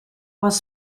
was